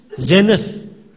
zenith